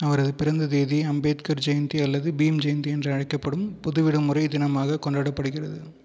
அவரது பிறந்த தேதி அம்பேத்கர் ஜெயந்தி அல்லது பீம் ஜெயந்தி என்று அழைக்கப்படும் பொது விடுமுறை தினமாகக் கொண்டாடப்படுகிறது